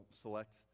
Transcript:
select